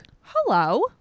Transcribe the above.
hello